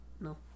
No